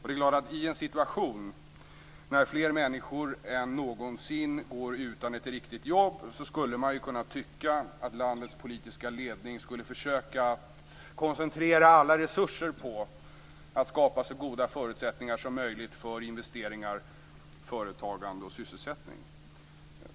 I en situation när fler människor än någonsin går utan ett riktigt jobb skulle man ju kunna tycka att landets politiska ledning skulle försöka att koncentrera alla resurser på att skapa så goda förutsättningar som möjligt för investeringar, företagande och sysselsättning.